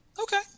Okay